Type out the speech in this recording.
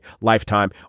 lifetime